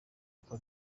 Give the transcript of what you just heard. uko